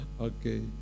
Okay